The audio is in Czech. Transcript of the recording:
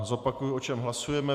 Zopakuji, o čem hlasujeme.